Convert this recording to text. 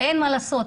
אין מה לעשות,